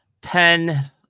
pen